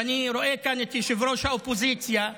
ואני רואה כאן את ראש האופוזיציה,